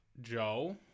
Joe